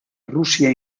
rusia